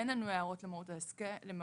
אין לנו הערות למהות ההסדר.